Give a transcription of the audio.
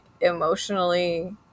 emotionally